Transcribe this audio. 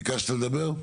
ביקשת לדבר?